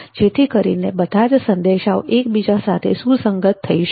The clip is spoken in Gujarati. જેથી કરીને બધા જ સંદેશાઓ એકબીજા સાથે સુસંગત થઈ શકે